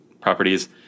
properties